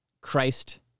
Christ